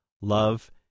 love